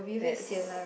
that's